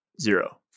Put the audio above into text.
zero